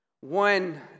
One